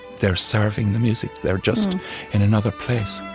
they're serving the music. they're just in another place